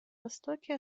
востоке